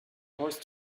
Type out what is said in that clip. horse